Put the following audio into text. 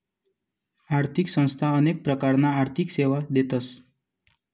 आर्थिक संस्था अनेक प्रकारना आर्थिक सेवा देतस